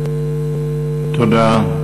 תודה.